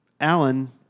Alan